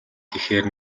гэхээр